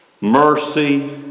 mercy